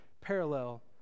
parallel